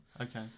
Okay